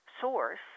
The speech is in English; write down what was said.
source